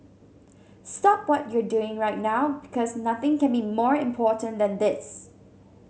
stop what you're doing right now because nothing can be more important than this